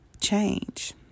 change